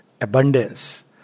abundance